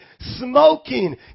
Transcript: smoking